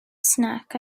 snack